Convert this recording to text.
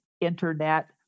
internet